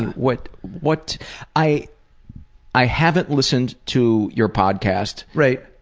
what what i i haven't listened to your podcast. right.